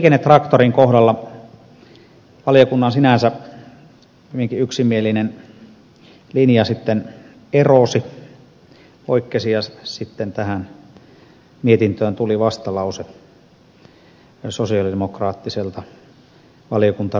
liikennetraktorin kohdalla valiokunnan sinänsä hyvinkin yksimielinen linja sitten erosi poikkesi ja sitten tähän mietintöön tuli vastalause sosialidemokraattiselta valiokuntaryhmältä